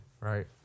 right